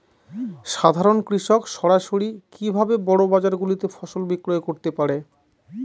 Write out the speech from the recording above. সাধারন কৃষক সরাসরি কি ভাবে বড় বাজার গুলিতে ফসল বিক্রয় করতে পারে?